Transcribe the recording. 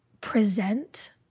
present